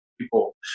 people